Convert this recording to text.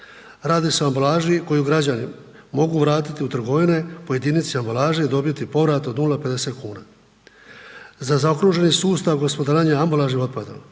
Radi se o ambalaži koji građani mogu vratiti u trgovine i po jedinici ambalaže dobiti povrat od 0,50 kn. Za zaokruženi sustav gospodarenja ambalažnim otpadom